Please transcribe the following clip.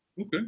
Okay